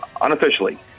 unofficially